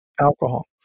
alcohol